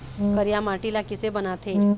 करिया माटी ला किसे बनाथे?